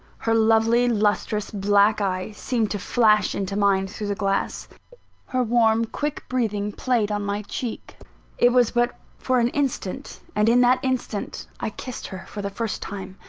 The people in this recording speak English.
her lovely lustrous black eye seemed to flash into mine through the glass her warm, quick breathing played on my cheek it was but for an instant, and in that instant i kissed her for the first time.